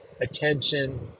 attention